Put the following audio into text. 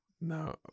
No